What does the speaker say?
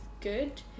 good